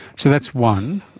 so that's one.